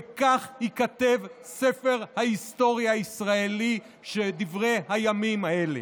וכך ייכתב ספר ההיסטוריה הישראלי של דברי הימים האלה.